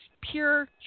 pure